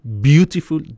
beautiful